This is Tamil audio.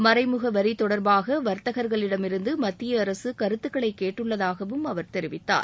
மறைமுக வரி தொடர்பாக வர்த்தகர்களிடமிருந்து மத்திய அரசு கருத்துக்களை கேட்டுள்ளதாகவும் அவர் தெரிவித்தார்